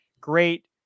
Great